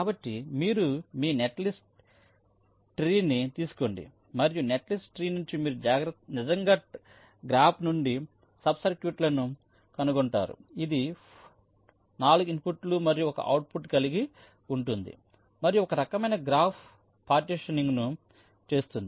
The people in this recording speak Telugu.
కాబట్టి మీరు మీ నెట్లిస్ట్ ట్రీని తీసుకోండి మరియు నెట్లిస్ట్ ట్రీ నుంచి మీరు నిజంగా గ్రాఫ్ నుండి సబ్ సర్క్యూట్లను కనుగొంటారు ఇది 4 ఇన్పుట్లు మరియు 1 అవుట్పుట్ కలిగి ఉంటుంది మరియు ఒక రకమైన గ్రాఫ్ పార్టిషనింగ్ ను చేస్తుంది